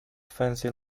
fancy